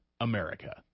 America